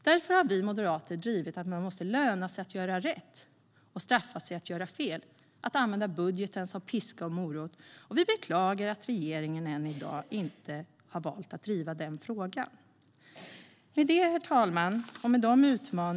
Därför har vi moderater drivit frågan om att det måste löna sig att göra rätt och straffa sig att göra fel. Budgeten ska användas som piska och morot. Vi beklagar att regeringen än i dag inte har valt att driva den frågan. Herr talman!